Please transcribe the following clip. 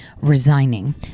resigning